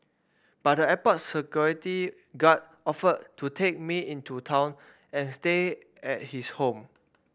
but the airport security guard offered to take me into town and stay at his home